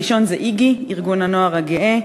הראשון זה "איגי" ארגון הנוער הגאה,